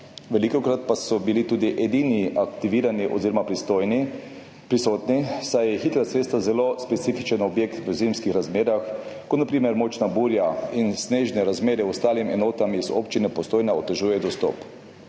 velikokrat pa so bili tudi edini aktivirani oziroma prisotni, saj je hitra cesta zelo specifičen objekt v zimskih razmerah, ko na primer močna burja in snežne razmere ostalim enotam iz občine Postojna otežuje dostop.